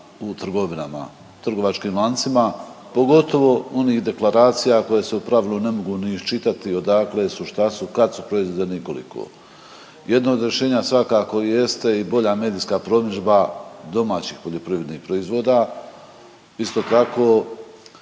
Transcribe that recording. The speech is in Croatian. u trgovinama, trgovačkim lancima, pogotovo onih deklaracija koje se u pravilu ne mogu ni iščitati odakle su šta su kad su proizvedeni i koliko? Jedno od rješenja svakako jeste i bolja medijska promidžba domaćih poljoprivrednih proizvoda, isto tako